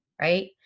right